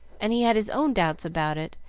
and he had his own doubts about it,